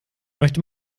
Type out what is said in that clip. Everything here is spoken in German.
möchte